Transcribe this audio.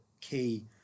key